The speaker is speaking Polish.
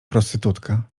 prostytutka